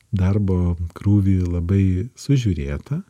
darbo krūvį labai sužiūrėtą